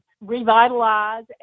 revitalize